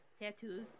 tattoos